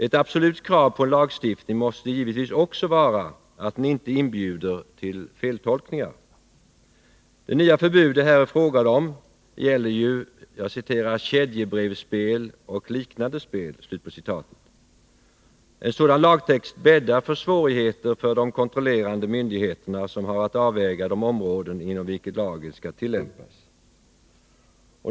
Ett absolut krav på en lagstiftning måste givetvis också vara att den inte inbjuder till feltolkningar. Det nya förbud det här är fråga om gäller ju ”kedjebrevsspel och liknande spel”. En sådan lagtext bäddar för svårigheter för de kontrollerande myndigheterna, som har att avväga de områden inom vilka lagen skall tillämpas.